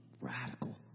radical